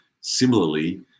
Similarly